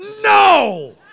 no